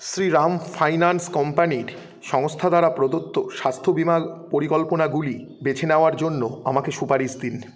Shriram finance কোম্পানির সংস্থা দ্বারা প্রদত্ত স্বাস্থ্য বিমা পরিকল্পনাগুলি বেছে নেওয়ার জন্য আমাকে সুপারিশ দিন